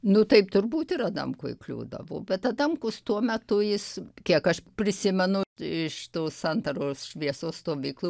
nu taip turbūt ir adamkui kliūdavo bet adamkus tuo metu jis kiek aš prisimenu iš tos santaros šviesos stovyklų